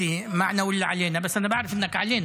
(אומר בערבית: אני רוצה לשאול אותך,